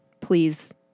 please